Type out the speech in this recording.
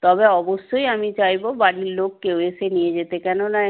তবে অবশ্যই আমি চাইব বাড়ির লোক কেউ এসে নিয়ে যেতে কেননা